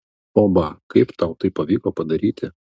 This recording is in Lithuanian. oba kaip tau tai pavyko padaryti